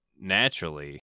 naturally